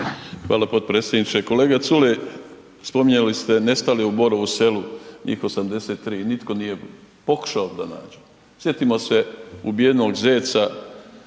Hvala potpredsjedniče. Kolega Culej, spominjali ste nestale u Borovu Selu njih 83 nitko nije pokušao da nađe. Sjetimo se ubijenog Zeca